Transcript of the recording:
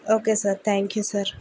okay sir thank you sir